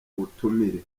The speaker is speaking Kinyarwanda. ubutumire